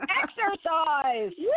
exercise